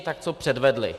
Tak co předvedli?